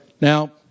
Now